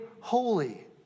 holy